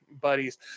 buddies